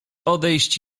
odejść